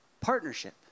partnership